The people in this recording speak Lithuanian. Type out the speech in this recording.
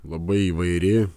labai įvairi